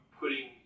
putting